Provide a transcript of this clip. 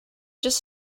just